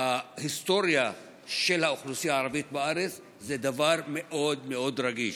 בהיסטוריה של האוכלוסייה הערבית בארץ זה דבר מאוד מאוד רגיש,